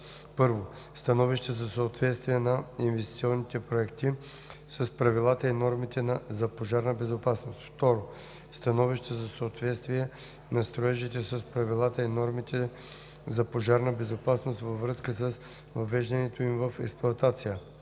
1. становища за съответствие на инвестиционните проекти с правилата и нормите за пожарна безопасност; 2. становища за съответствие на строежите с правилата и нормите за пожарна безопасност във връзка с въвеждането им в експлоатация;